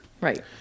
right